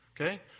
okay